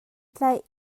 tlaih